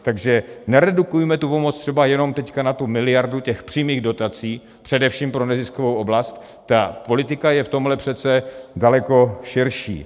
Takže neredukujme tu pomoc třeba jenom teď na tu miliardu těch přímých dotací především pro neziskovou oblast, ta politika je v tomhle přece daleko širší.